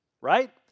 right